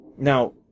Now